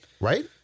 right